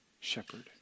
shepherd